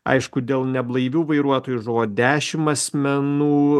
aišku dėl neblaivių vairuotojų žuvo dešimt asmenų